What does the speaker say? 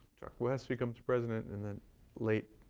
chuck vest becomes president in the late